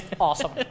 awesome